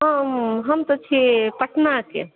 हम हम तऽ छी पटनाके